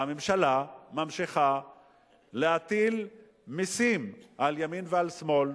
והממשלה ממשיכה להטיל מסים על ימין ועל שמאל,